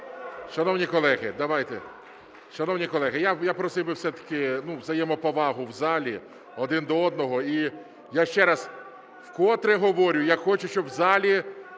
Шановні колеги, я просив би все-таки взаємоповагу в залі один до одного. І я ще раз вкотре говорю, я хочу, щоб в залі